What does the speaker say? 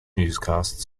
newscasts